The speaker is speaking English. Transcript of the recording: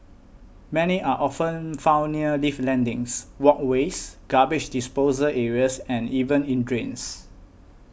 many are often found near lift landings walkways garbage disposal areas and even in drains